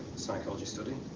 psychology study,